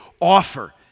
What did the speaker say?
offer